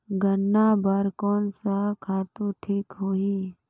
गन्ना बार कोन सा खातु ठीक होही?